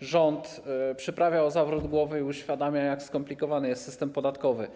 rząd, przyprawia o zawrót głowy i uświadamia, jak skomplikowany jest system podatkowy.